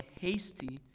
hasty